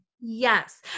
Yes